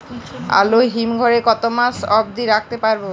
আলু হিম ঘরে কতো মাস অব্দি রাখতে পারবো?